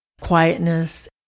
Quietness